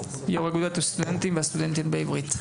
יו"ר אגודת הסטודנטים והסטודנטיות באוניברסיטה העברית.